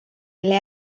mille